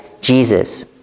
Jesus